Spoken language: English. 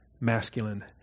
masculine